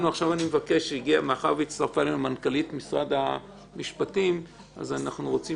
מאחר שהצטרפה אלינו מנכ"לית משרד המשפטים אנחנו רוצים